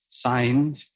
Signed